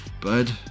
bud